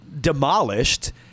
demolished